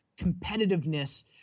competitiveness